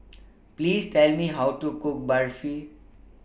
Please Tell Me How to Cook Barfi